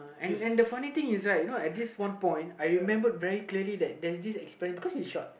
and and the funny things is like at this one point I remember very clearly that there're this because he is short